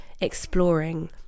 exploring